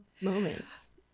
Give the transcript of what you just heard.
moments